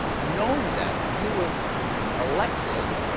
knowing that, when he was elected,